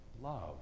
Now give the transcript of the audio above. Love